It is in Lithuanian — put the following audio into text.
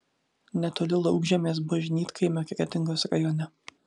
netoli laukžemės bažnytkaimio kretingos rajone